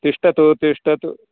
तिष्ठतु तिष्ठतु